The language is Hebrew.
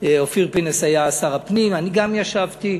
אופיר פינס היה שר הפנים, אני גם ישבתי,